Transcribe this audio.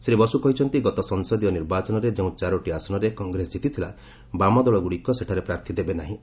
ଶ୍ରୀ ବସୁ କହିଛନ୍ତି ଗତ ସଂସଦୀୟ ନିର୍ବାଚନରେ ଯେଉଁ ଚାରୋଟି ଆସନରେ କଂଗ୍ରେସ କିତିଥିଲା ବାମଦଳଗ୍ରଡ଼ିକ ସେଠାରେ ପ୍ରାର୍ଥୀ ଦେବେ ନାହିଁ